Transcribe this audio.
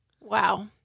Wow